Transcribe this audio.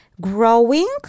growing